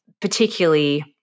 particularly